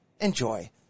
Enjoy